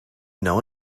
know